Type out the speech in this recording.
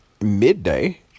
midday